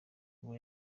ngo